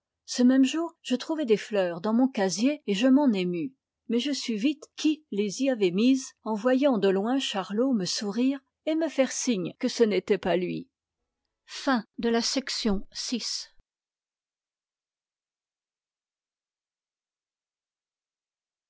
ce même jour je trouvai des fleurs dans mon casier et je m'en émus mais je sus vite qui les y avait mises en voyant de loin charlot me sourire et me faire signe que ce n'était pas lui